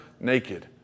naked